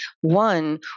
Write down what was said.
One